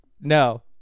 no